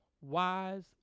wise